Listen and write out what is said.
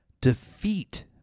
defeat